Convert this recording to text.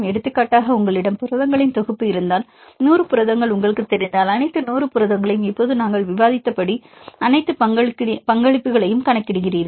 எடுத்துக்காட்டாக உங்களிடம் புரதங்களின் தொகுப்பு இருந்தால் 100 புரதங்கள் உங்களுக்குத் தெரிந்தால் அனைத்து 100 புரதங்களையும் இப்போது நாங்கள் விவாதித்தபடி நீங்கள் அனைத்து பங்களிப்புகளையும் கணக்கிடுகிறீர்கள்